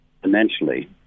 financially